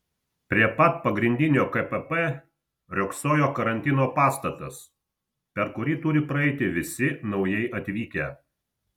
prie pat pagrindinio kpp riogsojo karantino pastatas per kurį turi praeiti visi naujai atvykę